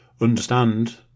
understand